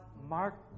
mark